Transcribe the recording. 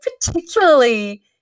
particularly